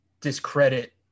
discredit